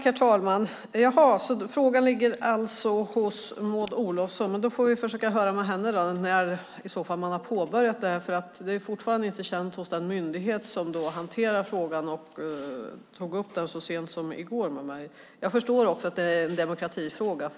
Herr talman! Frågan ligger alltså hos Maud Olofsson. Då får vi försöka höra med henne när man har påbörjat arbetet, för det är fortfarande inte känt hos den myndighet som hanterar frågan och tog upp den med mig så sent som i går. Jag förstår också att det är en demokratifråga.